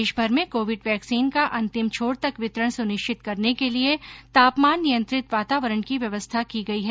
देश भर में कोविड वैक्सीन का अंतिम छोर तक वितरण सुनिश्चित करने के लिए तापमान नियंत्रित वातावरण की व्यवस्था की गई है